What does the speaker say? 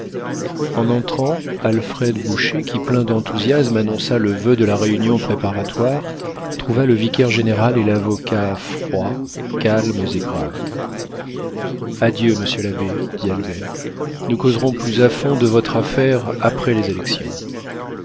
en entrant alfred boucher qui plein d'enthousiasme annonça le voeu de la réunion préparatoire trouva le vicaire-général et l'avocat froids calmes et graves adieu monsieur l'abbé dit albert nous causerons plus à fond de votre affaire après les élections